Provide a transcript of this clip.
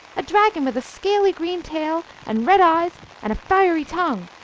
a dragon with a scaly green tail, and red eyes and a fiery tongue.